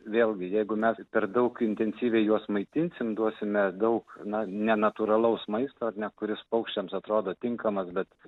vėlgi jeigu mes per daug intensyviai juos maitinsim duosime daug na nenatūralaus maisto ar ne kuris paukščiams atrodo tinkamas bet